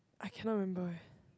I cannot remember eh